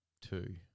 two